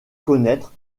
connaître